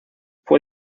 fue